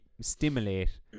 Stimulate